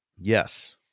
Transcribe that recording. Yes